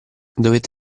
dovette